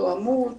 תואמות